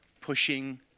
pushing